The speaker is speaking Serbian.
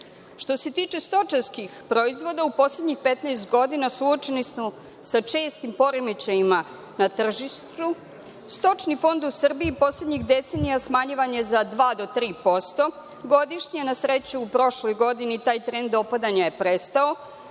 50%.Što se tiče stočarskih proizvoda, u poslednjih 15 godina suočeni smo sa čestim poremećajima na tržištu. Stočni fond u Srbiji poslednjih decenija smanjivan je za dva do tri posto godišnje. Na sreću, u prošloj godini taj trend opadanja je prestao.